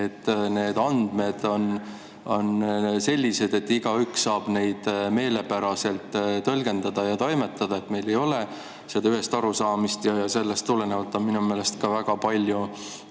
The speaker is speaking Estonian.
need andmed on sellised, et igaüks saab neid meelepäraselt tõlgendada ja toimetada? Miks meil ei ole seda ühest arusaamist? Sellest tulenevalt on minu meelest ühiskonnas ka väga palju